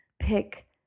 pick